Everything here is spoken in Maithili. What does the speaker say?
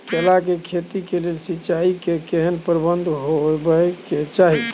केला के खेती के लेल सिंचाई के केहेन प्रबंध होबय के चाही?